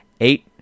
eight